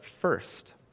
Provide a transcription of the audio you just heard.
first